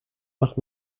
macht